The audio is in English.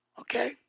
okay